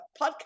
podcast